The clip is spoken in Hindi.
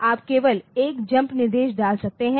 आप केवल एक जम्प निर्देश डाल सकते हैं